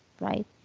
right